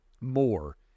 more